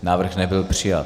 Návrh nebyl přijat.